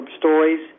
stories